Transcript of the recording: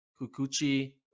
Kukuchi